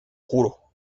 juro